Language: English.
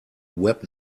web